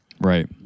Right